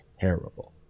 terrible